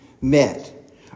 met